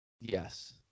Yes